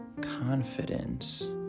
confidence